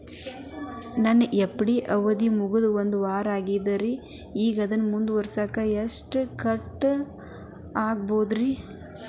ನನ್ನ ಎಫ್.ಡಿ ಅವಧಿ ಮುಗಿದು ಒಂದವಾರ ಆಗೇದ್ರಿ ಈಗ ಅದನ್ನ ಮುರಿಸಿದ್ರ ಎಷ್ಟ ಕಟ್ ಆಗ್ಬೋದ್ರಿ?